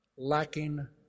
Lacking